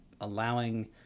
allowing